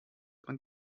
man